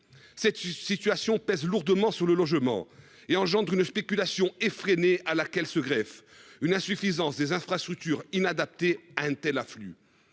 Cette situation pèse lourdement sur le logement et engendre une spéculation effrénée à laquelle se greffe une insuffisance des infrastructures inadaptées à un tel afflux.